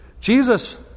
Jesus